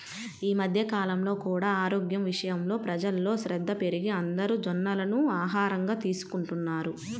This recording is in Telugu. ఈ మధ్య కాలంలో కూడా ఆరోగ్యం విషయంలో ప్రజల్లో శ్రద్ధ పెరిగి అందరూ జొన్నలను ఆహారంగా తీసుకుంటున్నారు